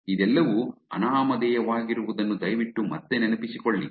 ಇದೆಲ್ಲವೂ ಅನಾಮಧೇಯವಾಗಿರುವುದನ್ನು ದಯವಿಟ್ಟು ಮತ್ತೆ ನೆನಪಿಸಿಕೊಳ್ಳಿ